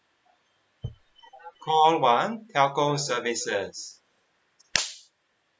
call one telco services